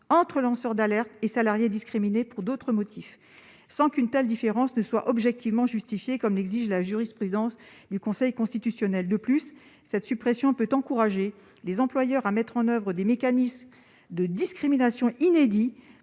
entre lanceurs d'alerte et salariés discriminés pour d'autres motifs. Or une telle différence de traitement ne peut être objectivement justifiée, comme l'exige la jurisprudence du Conseil constitutionnel. De plus, cette suppression peut encourager les employeurs à mettre en oeuvre des mécanismes de discrimination inédits